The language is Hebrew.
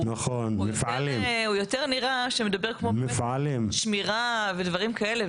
הוא יותר נראה שמדבר כמו באמת שמירה ודברים כאלה.